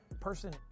Person